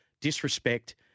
disrespect